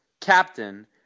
captain